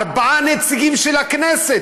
ארבעה נציגים של הנגב.